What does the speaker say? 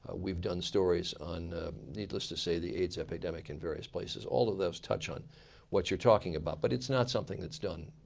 we've done stories on needless to say the aids epidemic in various places. all of those touch on what you're talking about. but it's not something that's done